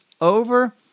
over